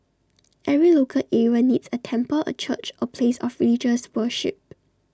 every local area needs A temple A church A place of religious worship